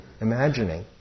imagining